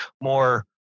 more